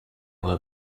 were